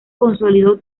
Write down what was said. consolidó